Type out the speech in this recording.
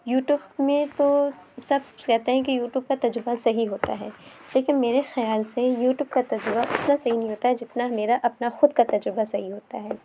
YouTube میں تو سب کہتے ہیں کہ یوٹیوب کا تجربہ صحیح ہوتا ہے لیکن میرے خیال سے یوٹیوب کا تجربہ اتنا صحیح نہیں ہوتا ہے جتنا میرا اپنا خود کا تجربہ صحیح ہوتا ہے